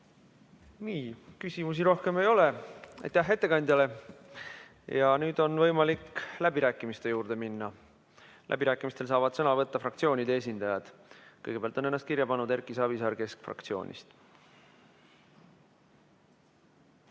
ka. Küsimusi rohkem ei ole. Aitäh ettekandjale! Nüüd on võimalik läbirääkimiste juurde minna. Läbirääkimistel saavad sõna võtta fraktsioonide esindajad. Kõigepealt on ennast kirja pannud Erki Savisaar keskfraktsioonist.